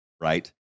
right